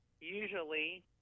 usually